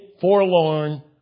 forlorn